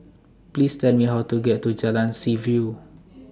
Please Tell Me How to get to Jalan Seaview